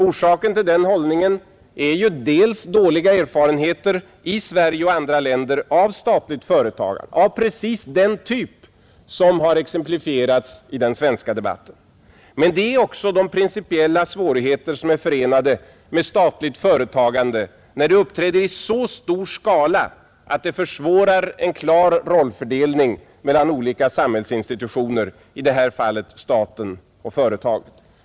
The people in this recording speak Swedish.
Orsaken till den hållningen är dels dåliga erfarenheter i Sverige och andra länder av statligt företagande av precis den typ som har exemplifierats i den svenska debatten, dels de principiella svårigheter som är förenade med statligt företagande när det uppträder i så stor skala att det försvårar en klar rollfördelning mellan olika samhällsinstitutioner — i detta fall staten och företagen.